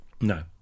No